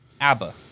ABBA